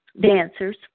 dancers